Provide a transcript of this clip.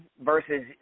versus